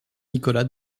nicolas